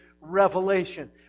revelation